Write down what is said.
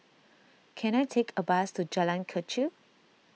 can I take a bus to Jalan Kechil